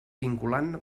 vinculant